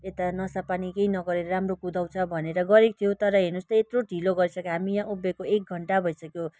यता नसा पानी केही न गरेर राम्रो कुदाउँछ भनेर गरेको थियो तर हेर्नु होस् त यत्रो ढिलो गरिसक्यो हामी यहाँ उभिएको एक घण्टा भइसक्यो